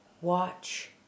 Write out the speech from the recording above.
Watch